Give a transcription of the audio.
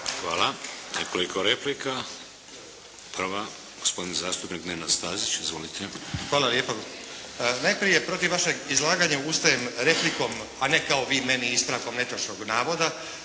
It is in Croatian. Hvala. Nekoliko replika. Prva, gospodin zastupnik Nenad Stazić. Izvolite. **Stazić, Nenad (SDP)** Hvala lijepo. Najprije protiv vašeg izlaganja ustajem replikom, a ne kao vi meni ispravkom netočnog navoda,